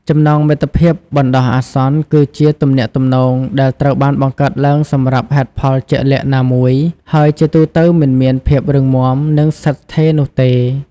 ចំណងមិត្តភាពបណ្ដោះអាសន្នគឺជាទំនាក់ទំនងដែលត្រូវបានបង្កើតឡើងសម្រាប់ហេតុផលជាក់លាក់ណាមួយ ហើយជាទូទៅមិនមានភាពរឹងមាំនិងស្ថិតស្ថេរនោះទេ។